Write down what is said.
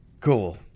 cool